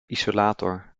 isolator